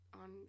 on